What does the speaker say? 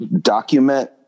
document